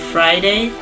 Friday